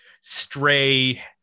stray